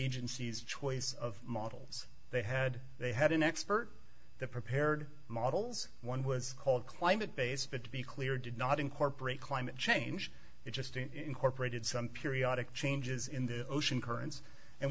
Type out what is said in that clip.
agency's choice of models they had they had an expert the prepared models one was called climate based but to be clear did not incorporate climate change it just incorporated some periodic changes in the ocean currents and